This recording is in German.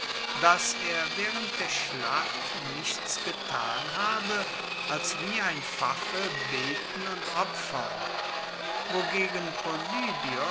dass er waehrend der schlacht nichts getan habe als wie ein pfaffe beten und opfern wogegen polybios